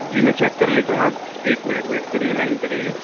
جی میں چیک کر لیتا ہوں آپ ایک منٹ ویٹ کریے لائن پہ رہیے